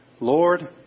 Lord